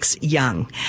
Young